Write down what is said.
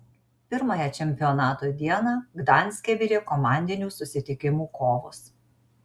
pirmąją čempionato dieną gdanske virė komandinių susitikimų kovos